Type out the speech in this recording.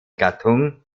gattung